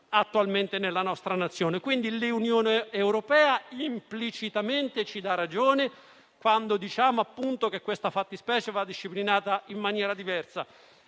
nazione. L'Unione europea implicitamente ci dà ragione quando diciamo che questa fattispecie va disciplinata in maniera diversa